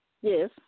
Yes